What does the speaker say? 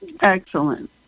Excellent